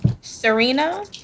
Serena